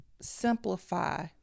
simplify